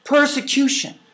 Persecution